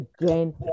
again